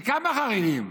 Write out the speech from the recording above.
לכמה חרדים?